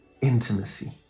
intimacy